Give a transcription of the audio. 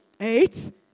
eight